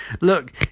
look